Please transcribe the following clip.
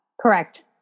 Correct